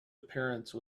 appearance